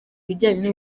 ibijyanye